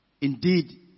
indeed